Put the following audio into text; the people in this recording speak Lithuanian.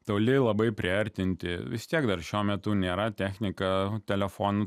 toli labai priartinti vis tiek dar šiuo metu nėra technika telefonu